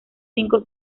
cinco